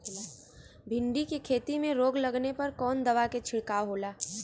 भिंडी की खेती में रोग लगने पर कौन दवा के छिड़काव खेला?